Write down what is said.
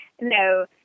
No